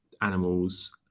animals